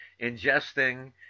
ingesting